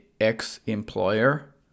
ex-employer